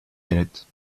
galette